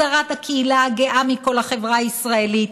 הדרת הקהילה הגאה מכל החברה הישראלית,